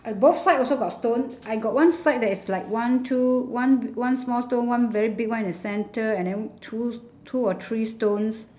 uh both sides also got stone I got one side that is like one two one one small stone one very big one in the center and then two two or three stones